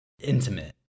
intimate